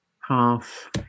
half